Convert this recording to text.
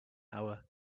hour